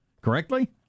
Correctly